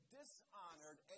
dishonored